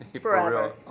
forever